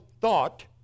thought